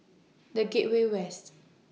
The Gateway West